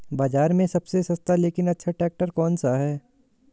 बाज़ार में सबसे सस्ता लेकिन अच्छा ट्रैक्टर कौनसा है?